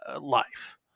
life